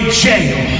jail